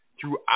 Throughout